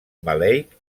maleic